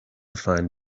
find